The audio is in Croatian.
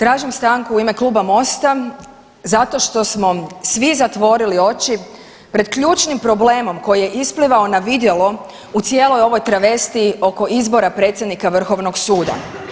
Tražim stanku u ime Kluba MOST-a zato što smo svi zatvorili oči pred ključnim problemom koji je isplivao na vidjelo u cijeloj ovoj travesti oko izbora predsjednika Vrhovnog suda.